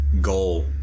goal